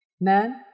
Man